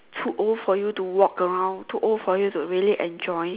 too old for you to walk around too old for you to really enjoy